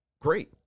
great